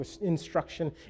instruction